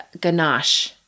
ganache